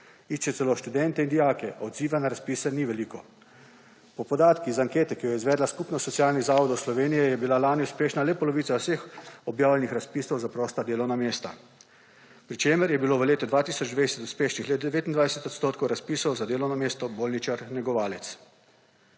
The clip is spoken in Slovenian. Išče celo študente in dijake, odziva na razpise ni veliko. Po podatkih iz ankete, ki jo je izvedla Skupnost socialnih zavodov Slovenije, je bila lani uspešna le polovica vseh objavljenih razpisov za prosta delovna mesta, pri čemer je bilo v letu 2020 uspešnih le 29 % razpisov za delovno mesto bolničar negovalec.